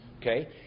Okay